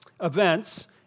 events